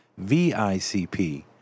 VICP